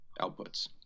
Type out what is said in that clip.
outputs